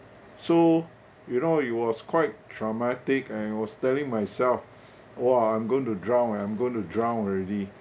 so you know it was quite traumatic and I was telling myself !wah! I'm going to drown eh I'm going to drown already